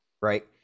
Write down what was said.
right